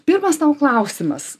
pirmas tau klausimas